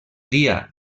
dia